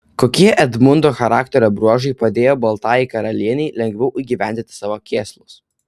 kokie edmundo charakterio bruožai padėjo baltajai karalienei lengviau įgyvendinti savo kėslus